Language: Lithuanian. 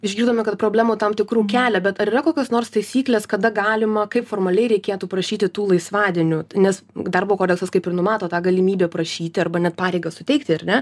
išgirdome kad problemų tam tikrų kelia bet ar yra kokios nors taisyklės kada galima kaip formaliai reikėtų prašyti tų laisvadienių nes darbo kodeksas kaip ir numato tą galimybė prašyti arba net pareigą suteikti ar ne